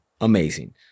Amazing